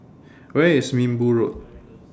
Where IS Minbu Road